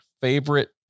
favorite